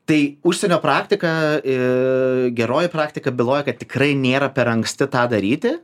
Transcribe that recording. tai užsienio praktika geroji praktika byloja kad tikrai nėra per anksti tą daryti